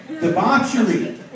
debauchery